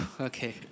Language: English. Okay